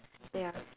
ya